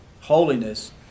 Holiness